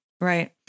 Right